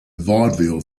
vaudeville